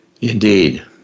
Indeed